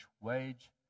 wage